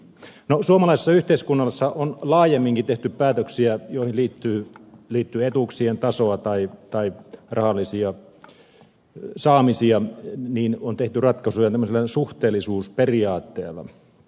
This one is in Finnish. suomalaisessa yhteiskunnassa on laajemminkin kun on tehty päätöksiä joihin liittyy etuuksien tasoa tai rahallisia saamisia tehty ratkaisuja suhteellisuusperiaatteella